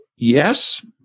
yes